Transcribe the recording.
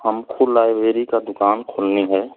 हमको लाइब्रेरी की दुकान खोलनी है